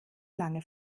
lange